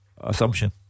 Assumption